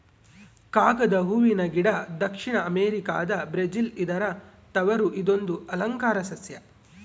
ಕಾಗದ ಹೂವನ ಗಿಡ ದಕ್ಷಿಣ ಅಮೆರಿಕಾದ ಬ್ರೆಜಿಲ್ ಇದರ ತವರು ಇದೊಂದು ಅಲಂಕಾರ ಸಸ್ಯ